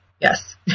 Yes